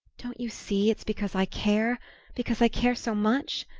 don't you see it's because i care because i care so much?